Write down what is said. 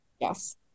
Yes